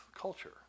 culture